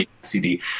CD